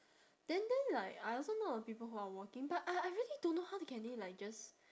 then then like I also know of people who are working but I I really don't know how they can they like just